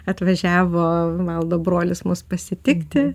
atvažiavo valdo brolis mus pasitikti